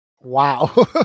Wow